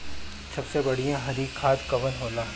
सबसे बढ़िया हरी खाद कवन होले?